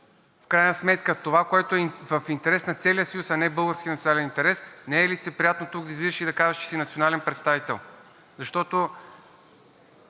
в крайна сметка това, което е в интерес на целия съюз, а не българския национален интерес, не е лицеприятно тук да излизаш и да казваш, че си национален представител. Защото